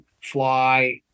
fly